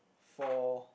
for